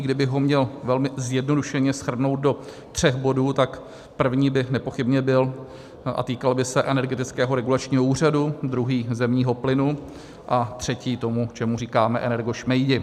Kdybych ho měl velmi zjednodušeně shrnout do tří bodů, tak první by nepochybně byl a týkal by se Energetického regulačního úřadu, druhý zemního plynu a třetí toho, čemu říkáme energošmejdi.